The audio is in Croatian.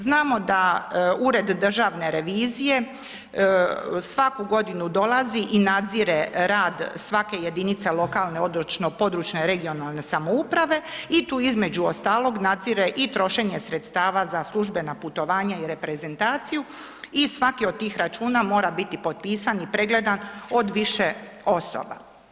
Znamo da Ured državne revizije svaku godinu dolazi i nadzire rad svake jedinice lokalne odnosno područne (regionalne) samouprave i tu između ostalog nadzire i trošenje sredstava za službena putovanja i reprezentaciju i svaki od tih računa mora biti potpisan i pregledan od više osoba.